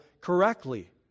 correctly